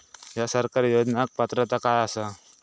हया सरकारी योजनाक पात्रता काय आसा?